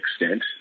extent